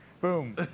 Boom